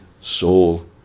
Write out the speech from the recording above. soul